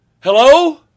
Hello